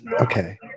okay